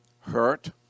hurt